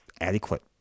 adequate